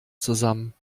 zusammen